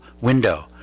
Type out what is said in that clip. Window